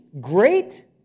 great